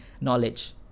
knowledge